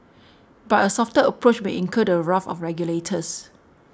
but a softer approach may incur the wrath of regulators